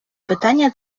питання